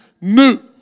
new